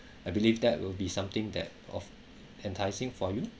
I believe that will be something that of enticing for you